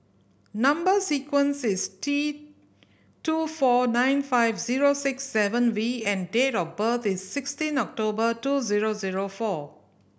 number sequence is T two four nine five zero six seven V and date of birth is sixteen October two zero zero four